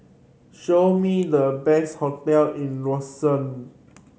show me the best hotel in Roseau